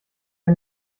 wir